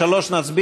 על 3 נצביע?